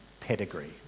pedigree